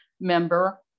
member